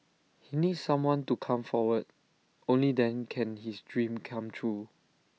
he needs someone to come forward only then can his dream come true